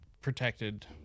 protected